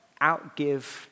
outgive